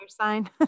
sign